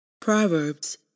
Proverbs